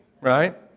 Right